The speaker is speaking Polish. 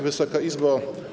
Wysoka Izbo!